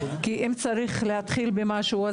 כי אם צריך להתחיל במשהו,